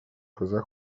poza